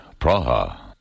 Praha